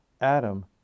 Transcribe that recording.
Adam